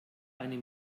eine